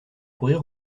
courir